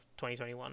2021